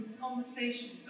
conversations